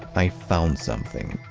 i found something.